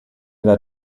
that